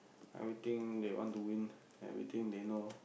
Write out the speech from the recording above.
everything they want to win everything they know